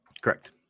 Correct